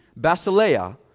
basileia